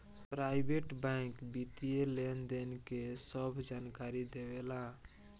private bank वित्तीय लेनदेन के सभ जानकारी देवे ला